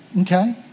okay